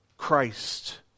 Christ